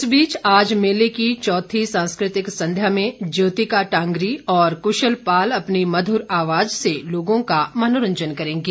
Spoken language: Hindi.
इस बीच आज मेले की चौथी सांस्कृतिक संध्या में ज्योतिका टांगरी और क्शल पाल अपनी मधुर आवाज से लोगों का मनोरंजन करेंगे